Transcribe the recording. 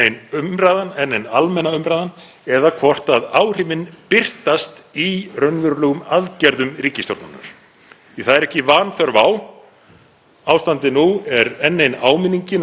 Ástandið nú er enn ein áminningin um það sem lá fyrir og hefur legið fyrir lengi. En nú kallar þetta svo sannarlega á viðbrögð og ef þau koma ekki núna, hvenær koma þau þá?